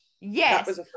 yes